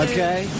Okay